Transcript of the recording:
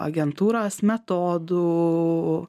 agentūros metodų